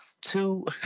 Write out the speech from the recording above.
two